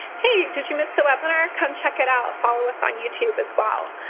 hey did you miss the webinar? come check it out. follow us on youtube as well.